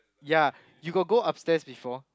ya you got go upstairs before